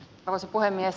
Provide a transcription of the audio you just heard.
arvoisa puhemies